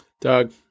Doug